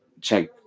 check